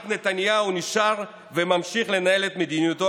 רק נתניהו נשאר וממשיך לנהל את מדיניותו